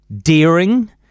daring